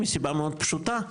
מסיבה מאוד פשוטה,